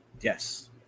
Yes